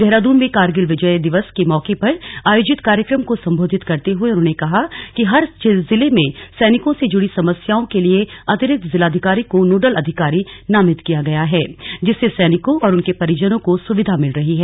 देहरादून में कारगिल विजय दिवस के मौके पर आयोजित कार्यक्रम को संबोधित करते हुए उन्होंने कहा कि हर जिले में सैनिकों से जुड़ी समस्याओं के लिए अतिरिक्त जिलाधिकारी को नोडल अधिकारी नामित किया गया है जिससे सैनिकों और उनके परिजनों को सुविधा मिल रही है